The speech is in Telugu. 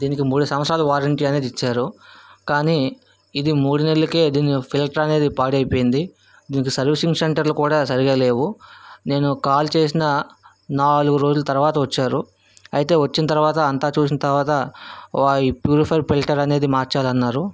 దీనికి మూడు సంవత్సరాలు వారెంటీ అనేది ఇచ్చారు కాని మూడు నెళ్ళకే దీని ఫిల్టర్ అనేది పాడయిపోయింది దీనికి సర్వీసింగ్ సెంటర్లు కూడా సరిగ లేవు నేను కాల్ చేసిన నాలుగు రోజులు తర్వాత వచ్చారు అయితే వచ్చిన తర్వాత అంతా చూసిన తర్వాత ఓ ప్యూరిఫైయర్ పిల్టర్ అనేది మార్చాలి అన్నారు